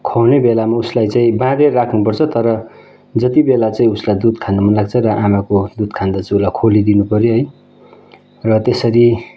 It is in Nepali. खुवाउने बेलामा उसलाई चाहिँ बाँधेर राख्नुपर्छ तर जति बेला चाहिँ उसलाई दुध खानु मनलाग्छ र आमाको दुध खाँदा चाहिँ उसलाई खोली दिनुपर्यो है र त्यसरी